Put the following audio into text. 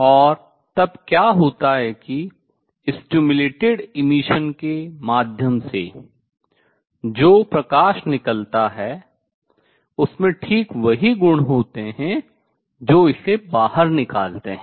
और तब क्या होता है कि stimulated emission प्रेरित उद्दीपित उत्सर्जन के माध्यम से जो प्रकाश निकलता है उसमें ठीक वही गुण होते हैं जो इसे बाहर निकालते हैं